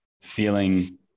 feeling